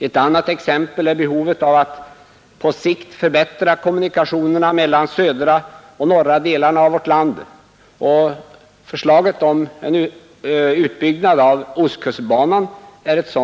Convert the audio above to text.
Ett annat exempel, som hänger samman med behovet av att på sikt förbättra kommunikationerna mellan södra och norra delarna av vårt land, är förslaget om en utbyggnad av ostkustbanan.